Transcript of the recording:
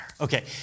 Okay